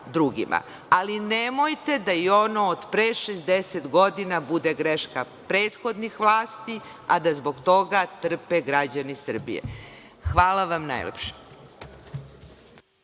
ali nemojte da i ono od pre 60 godina bude greška prethodni vlasti, a da zbog toga trpe građani Srbije. Hvala.